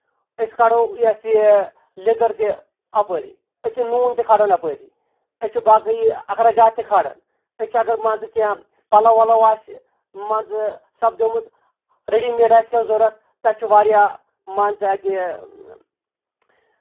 أسۍ کھارو یہِ ہسا یہِ لیٚدٕر تہِ اَپٲر أسۍ چھِ نوٗن تہِ کھاران اَپٲر أسۍ چھِ باقٕے اَخراجات تہِ کھران أسۍ چھِ اگر مان ژٕ اَگر کیٚنٛہہ پَلو وَلو آسہِ مان ژٕ سپدیٚمُت ریڈی میڑ آسہِ کیٚنٛہہ ضرورَت تَتھ چھُ واریاہ مان ژٕ اَتہِ